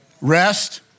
Rest